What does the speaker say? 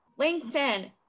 LinkedIn